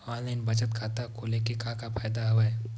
online बचत खाता खोले के का का फ़ायदा हवय